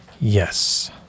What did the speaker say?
yes